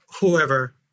whoever